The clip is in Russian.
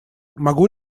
могу